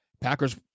Packers